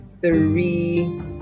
three